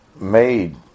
made